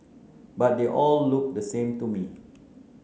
but they all looked the same to me